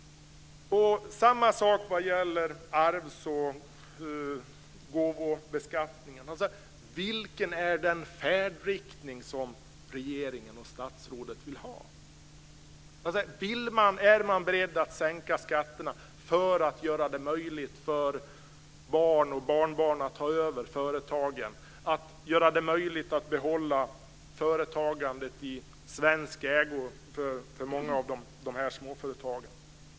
Detsamma gäller arvs och gåvobeskattningen. Vilken är den färdriktning som regeringen och statsrådet vill ha? Är man beredd att sänka skatterna för att göra det möjligt för barn och barnbarn att ta över företagen, att göra det möjligt att behålla många av småföretagen i svenskt ägo?